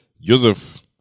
Joseph